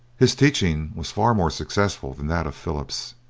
his teaching was far more successful than that of philip's,